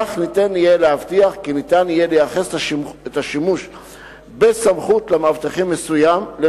כך ניתן יהיה להבטיח כי ניתן יהיה לייחס את השימוש בסמכות למאבטח מסוים,